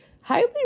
highly